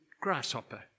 grasshopper